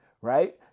right